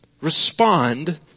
Respond